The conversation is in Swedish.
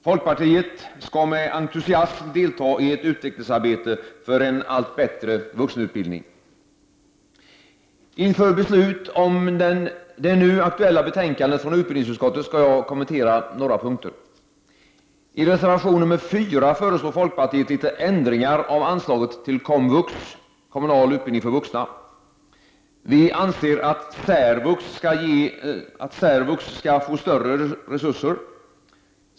Folkpartiet skall med entusiasm delta i ett utvecklingsarbete för en allt bättre vuxenutbildning. Inför besluten med anknytning till det nu aktuella betänkandet från utbildningsutskottet skall jag kommentera några punkter. I reservation nr 4 föreslår folkpartiet några ändringar av anslaget till komvux — kommunal utbildning för vuxna. Vi anser att särvux skall få större resurser.